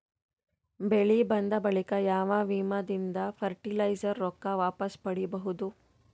ಬೆಳಿ ಬಂದ ಬಳಿಕ ಯಾವ ವಿಮಾ ದಿಂದ ಫರಟಿಲೈಜರ ರೊಕ್ಕ ವಾಪಸ್ ಪಡಿಬಹುದು?